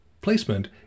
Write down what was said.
placement